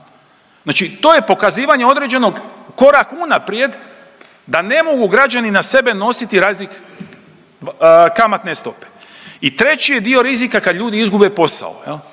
Znači to je pokazivanje određenog korak unaprijed da ne mogu građani na sebe nositi kamatne stope. I treći je dio rizika kad ljudi izgube posao.